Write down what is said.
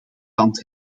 tand